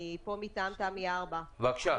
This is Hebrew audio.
אני פה במטעם תמי 4. בבקשה.